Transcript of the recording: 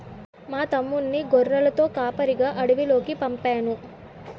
మా తమ్ముణ్ణి గొర్రెలతో కాపరిగా అడవిలోకి పంపేను